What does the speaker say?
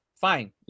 fine